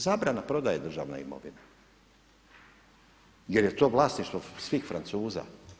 Zabrana prodaje državne imovine jer je to vlasništvo svih Francuza.